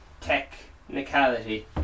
technicality